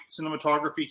cinematography